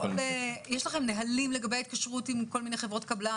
יש לכם נהלים לגבי התקשרות עם כל מיני חברות קבלן?